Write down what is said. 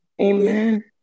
Amen